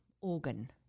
organ